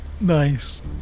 Nice